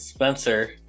Spencer